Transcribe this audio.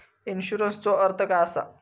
इन्शुरन्सचो अर्थ काय असा?